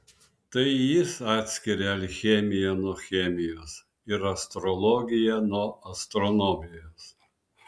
tai jis atskiria alchemiją nuo chemijos ir astrologiją nuo astronomijos